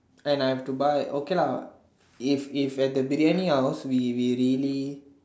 and I have to buy okay lah if if at the Briyani house we we really